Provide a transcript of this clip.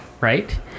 Right